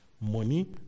money